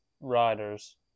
riders